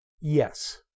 Yes